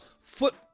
foot